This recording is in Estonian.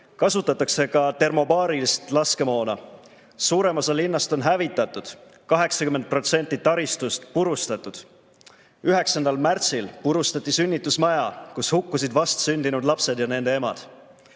Kasutatakse ka termobaarilist laskemoona. Suurem osa linnast on hävitatud, 80% taristust purustatud. 9. märtsil purustati sünnitusmaja, kus hukkusid vastsündinud lapsed ja nende emad.